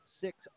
six